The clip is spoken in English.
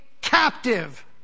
captive